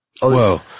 Whoa